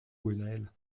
gwennael